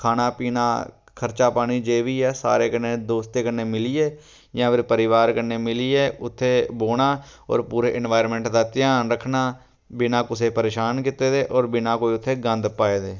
खाना पीना खर्चा पानी जे बी एह् सारें कन्नै दोस्तें कन्नै मिलियै जां फिर परिवार कन्नै मिलियै उत्थे बौह्ना होर पूरे एनवायरनमेंट दा ध्यान रक्खना बिना कुसै परेशान कीते दे होर बिना कोई उत्थे गंद पाए दे